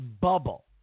bubble